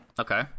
Okay